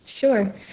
sure